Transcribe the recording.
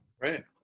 Right